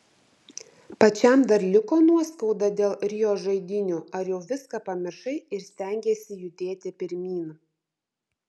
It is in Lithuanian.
pačiam dar liko nuoskauda dėl rio žaidynių ar jau viską pamiršai ir stengiesi judėti pirmyn